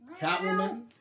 Catwoman